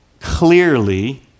clearly